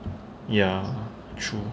ya true